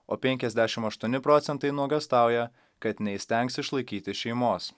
o penkiasdešim aštuoni procentai nuogąstauja kad neįstengs išlaikyti šeimos